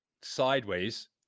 sideways